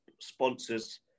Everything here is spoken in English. sponsors